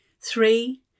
Three